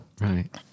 right